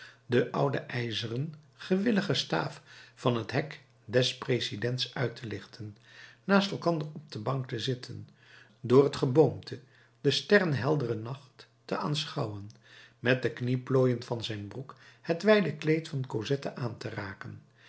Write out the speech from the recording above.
de oude ijzeren gewillige staaf van het hek des presidents uit te lichten naast elkander op de bank te zitten door het geboomte den sterren helderen nacht te aanschouwen met de knieplooien van zijn broek het wijde kleed van cosette aan te raken